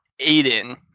Aiden